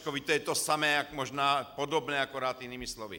To je to samé, možná podobné, akorát jinými slovy.